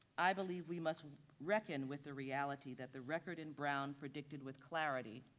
i believe we must reckon with the reality that the record and brown predicted with clarity,